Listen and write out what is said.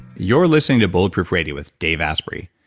you're listening to bulletproof radio with dave asprey.